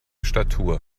statur